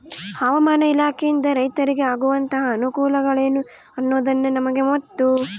ಹವಾಮಾನ ಇಲಾಖೆಯಿಂದ ರೈತರಿಗೆ ಆಗುವಂತಹ ಅನುಕೂಲಗಳೇನು ಅನ್ನೋದನ್ನ ನಮಗೆ ಮತ್ತು?